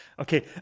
Okay